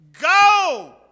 Go